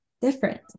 different